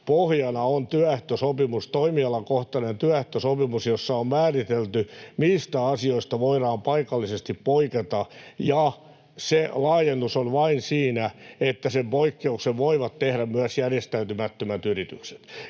pohjana on toimialakohtainen työehtosopimus, jossa on määritelty, mistä asioista voidaan paikallisesti poiketa, ja se laajennus on vain siinä, että sen poikkeuksen voivat tehdä myös järjestäytymättömät yritykset.